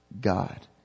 God